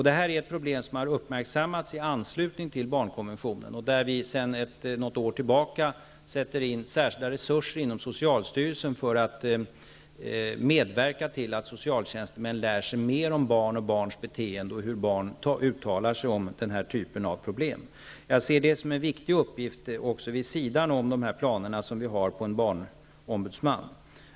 Det här är ett problem som har uppmärksammats i anslutning till barnkonventionen, och sedan något år tillbaka sätter vi in särskilda resurser inom socialstyrelsen för att medverka till att socialtjänstemän lär sig mer om barn och barns beteende och om hur barn uttalar sig om den här typen av problem. Jag ser det som en viktig uppgift också vid sidan av planerna på en barnombudsman.